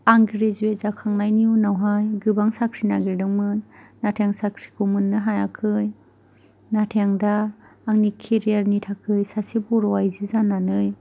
आं ग्रेजुवेट जाखांनायनि उनावहाय गोबां साख्रि नागिरदोंमोन नाथाय आं साख्रिखौ मोननो हायाखै नाथाय आं दानि केरियारनि थाखाय सासे बर' आइजो जानानै